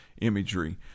imagery